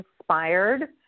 inspired